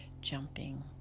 Jumping